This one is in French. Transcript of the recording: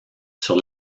sur